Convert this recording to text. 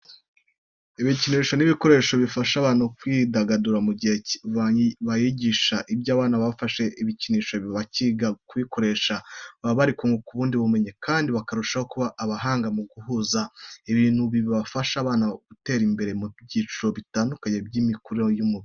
Ibikinisho n'ibikoresho bifasha abana kwidagadura mu gihe baniyigisha. Iyo abana bafashe ibikinisho bakiga kubikoresha, baba bari kunguka ubundi bumenyi kandi bakarushaho kuba abahanga mu guhuza ibintu. Ibi bifasha abana gutera imbere mu byiciro bitandukanye by'imikurire y'umubiri.